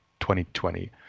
2020